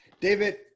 David